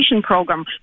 program